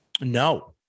No